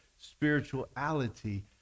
spirituality